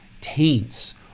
taints